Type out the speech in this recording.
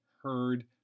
heard